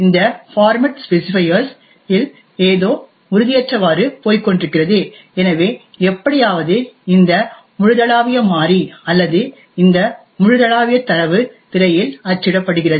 இந்த format specifier இல் ஏதோ உறுதியற்றவாறு போய்க்கொண்டிருக்கிறது எனவே எப்படியாவது இந்த முழுதளாவிய மாறி அல்லது இந்த முழுதளாவிய தரவு திரையில் அச்சிடப்படுகிறது